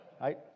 right